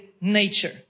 nature